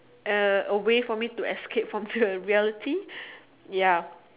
a a way for me to escape from the reality ya